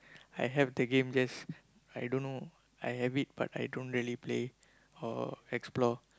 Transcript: I have the game just I don't know I have it but I don't really play or explore